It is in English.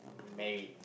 married